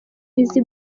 eazzy